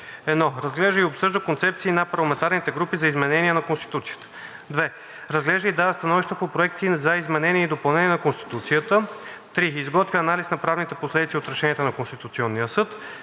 1. разглежда и обсъжда концепции на парламентарните групи за изменения на Конституцията; 2. разглежда и дава становища по проекти за изменение и допълнение на Конституцията; 3. изготвя анализ на правните последици от решенията на Конституционния съд;